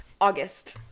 August